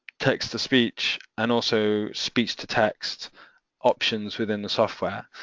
text-to-speech and also speech-to-text options within the software,